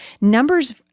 Numbers